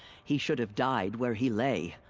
he should have died where he lay.